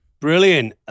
Brilliant